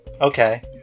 Okay